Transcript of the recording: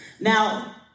Now